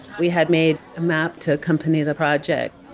we had made a map to accompany the project.